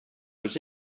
was